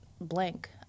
blank